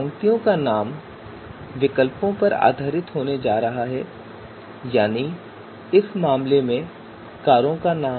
पंक्तियों का नाम विकल्पों पर आधारित होने जा रहा है यानी इस मामले में कारों का नाम